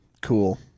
cool